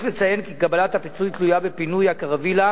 יש לציין כי קבלת הפיצוי תלויה בפינוי הקרווילה,